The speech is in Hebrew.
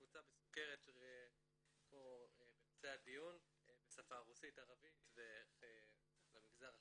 קבוצה לסוכרת כמו בנושא הדיון בשפות רוסית ערבית ולמגזר החרדי,